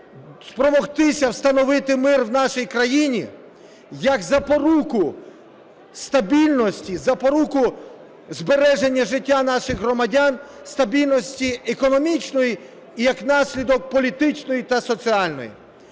спромогтися встановити мир в нашій країні як запоруку стабільності, запоруку збереження життя наших громадян, стабільності економічної і як наслідок – політичної та соціальної.